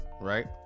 right